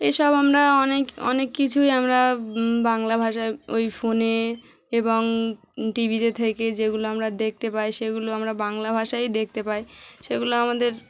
এসব আমরা অনেক অনেক কিছুই আমরা বাংলা ভাষায় ওই ফোনে এবং টিভিতে থেকে যেগুলো আমরা দেখতে পাই সেগুলো আমরা বাংলা ভাষাই দেখতে পাই সেগুলো আমাদের